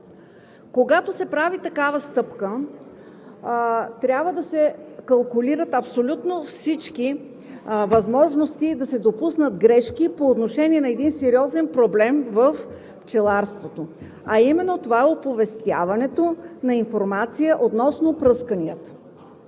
Когато се прави такава стъпка, трябва да се калкулират абсолютно всички възможности да се допуснат грешки по отношение на един сериозен проблем в пчеларството, а именно това е оповестяването на информация относно пръсканията.